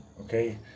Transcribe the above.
Okay